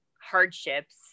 hardships